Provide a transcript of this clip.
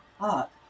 up